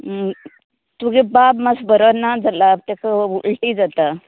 तुगे बाब मात्सो बरो ना जाला तेका उल्टी जाता